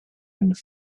and